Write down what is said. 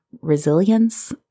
resilience